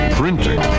printing